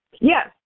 Yes